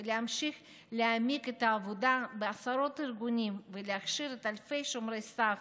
להמשיך להעמיק את העבודה בעשרות ארגונים ולהכשיר אלפי שומרי סף